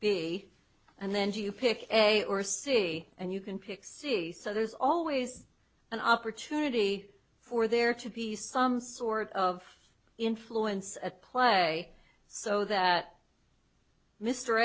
b and then you pick a or c and you can pick c so there's always an opportunity for there to be some sort of influence at play so that mr